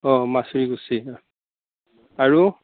অঁ মাচুৰী কৰিছে অঁ আৰু